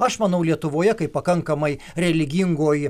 aš manau lietuvoje kaip pakankamai religingoj